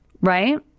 right